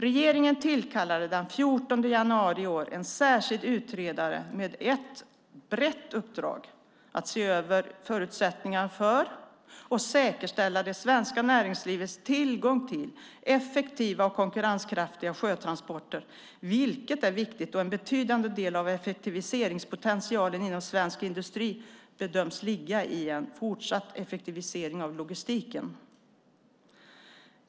Regeringen tillkallade den 14 januari i år en särskild utredare med ett brett uppdrag att se över förutsättningarna för och säkerställa det svenska näringslivets tillgång till effektiva och konkurrenskraftiga sjötransporter, vilket är viktigt då en betydande del av effektiviseringspotentialen inom svensk industri bedöms ligga i en fortsatt effektivisering av logistiken.